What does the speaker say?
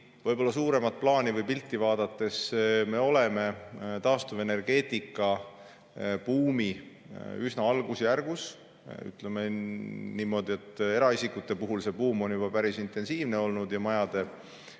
võrku. Suuremat plaani või pilti vaadates me oleme taastuvenergeetikabuumi üsna algusjärgus. Ütleme niimoodi, et eraisikute, majade puhul on see buum päris intensiivne olnud, maismaa